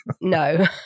no